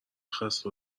خسته